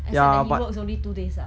except that he works only two days lah